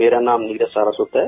मेरा नाम नीरज साशवत है